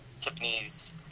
Tiffany's